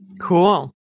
Cool